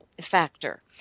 factor